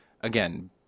again